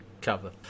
cover